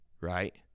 right